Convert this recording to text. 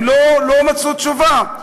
הם לא מצאו תשובה.